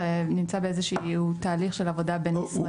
זה נמצא באיזה שהוא תהליך של עבודה בין משרדית.